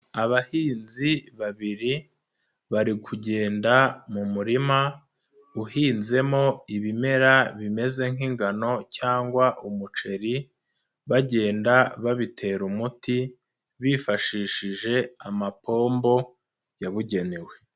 Abahinzi babiri bari kugenda mu murima, uhinzemo ibimera bimeze nk'ingano cyangwa umuceri, bagenda babitera umuti, bifashishije amapombo yabugenewe.